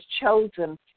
chosen